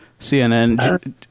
CNN